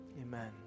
Amen